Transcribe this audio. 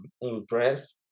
impressed